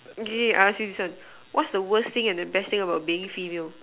okay I ask you this one what's the worst and best thing about being female